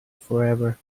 forever